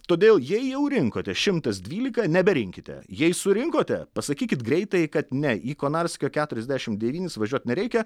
todėl jei jau rinkote šimtas dvylika neberinkite jei surinkote pasakykit greitajai kad ne į konarskio keturiasdešimt devynis važiuot nereikia